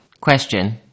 Question